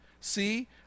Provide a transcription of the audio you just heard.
See